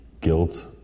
guilt